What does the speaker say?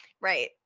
right